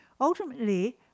Ultimately